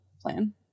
plan